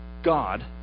God